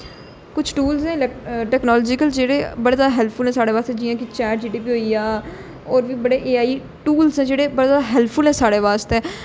कुछ tools technological जेह्ड़े बड़े ज्यादा हैल्पफुल न साढ़े आस्तै जियां कि चेट जी टी पी होई गेआ होर बी बड़े ऐ आई टूल्स ऐ जेह्ड़े बड़े ज्यादा हैल्पफुल साढ़े बास्तै